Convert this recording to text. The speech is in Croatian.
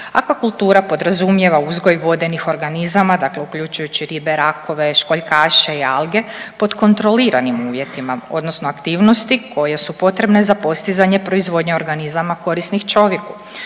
Aquakultura podrazumijeva uzgoj vodenih organizama, dakle uključujući ribe, rakove, školjkaše i alge pod kontroliranim uvjetima, odnosno aktivnosti koje su potrebne za postizanje proizvodnje organizama korisnih čovjeku.